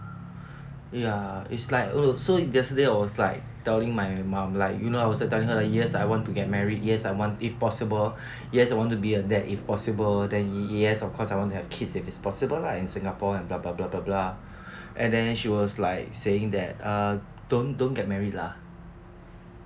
ya it's like so yesterday I was like telling my mum like you know I was just telling her that yes I want to get married yes I want if possible yes I want to be a dad if possible then yes of course I want to have kids if it's possible lah in singapore and blah blah blah blah and then she was like saying that uh don't don't get married lah